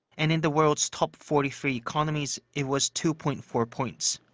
and in the world's top forty three economies it was two point four points.